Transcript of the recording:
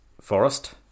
Forest